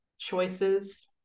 Choices